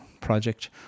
project